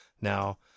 Now